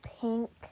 pink